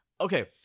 okay